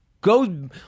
go